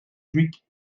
dhuicq